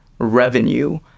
revenue